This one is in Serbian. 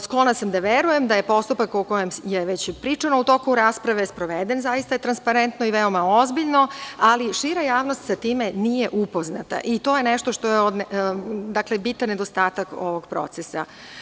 Sklona sam da verujem da je postupak, o kojem je već pričano u toku rasprave, sproveden zaista transparentno i veoma ozbiljno, ali šira javnost sa time nije upoznata i to je nešto što je bitan nedostatak ovog procesa.